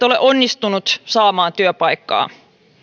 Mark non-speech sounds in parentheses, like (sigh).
(unintelligible) ole onnistunut saamaan työpaikkaa